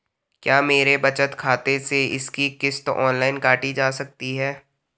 क्या मेरे बचत खाते से इसकी किश्त ऑनलाइन काटी जा सकती है?